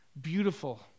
beautiful